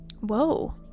Whoa